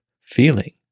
feeling